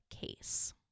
case